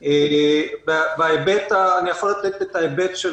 אני יכול לתת את ההיבט של